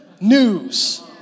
news